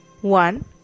one